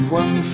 one